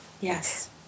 Yes